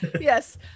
yes